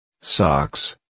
socks